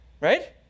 Right